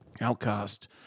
outcast